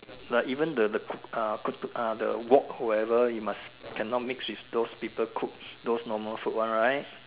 like even the the cook uh cook uh the wok whatever you must cannot mix with those people cook those normal food one right